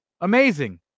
Amazing